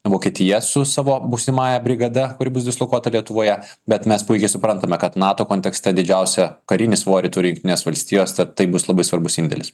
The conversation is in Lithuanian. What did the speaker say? vokietija su savo būsimąja brigada kuri bus dislokuota lietuvoje bet mes puikiai suprantame kad nato kontekste didžiausią karinį svorį turi jungtinės valstijos tad tai bus labai svarbus indėlis